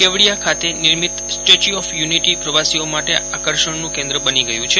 કેવડીયા ખાતે નિર્મિત statue of unity પ્રવાસીઓ માટે આકર્ષણનું કેન્દ્ર બની ગયું છે